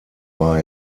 war